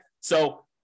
So-